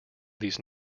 these